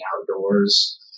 outdoors